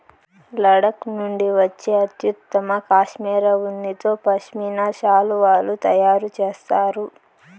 లడఖ్ నుండి వచ్చే అత్యుత్తమ కష్మెరె ఉన్నితో పష్మినా శాలువాలు తయారు చేస్తారు